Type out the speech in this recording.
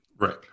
Right